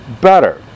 better